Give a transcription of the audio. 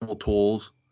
tools